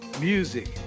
music